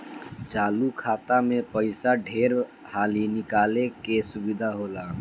चालु खाता मे पइसा ढेर हाली निकाले के सुविधा होला